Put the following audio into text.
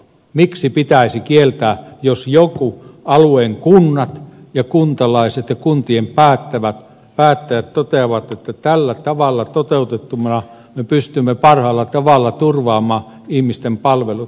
miksi pitäisi kieltää jos jonkun alueen kunnat ja kuntalaiset ja kuntien päättäjät toteavat että tällä tavalla toteutettuna me pystymme parhaalla tavalla turvaamaan ihmisten palvelut